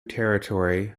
territory